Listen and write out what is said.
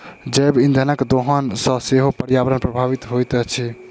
जैव इंधनक दोहन सॅ सेहो पर्यावरण प्रभावित होइत अछि